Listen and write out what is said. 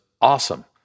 awesome